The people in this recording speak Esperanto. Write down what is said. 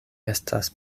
estas